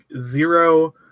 zero